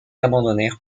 abandonnèrent